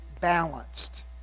balanced